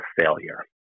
failure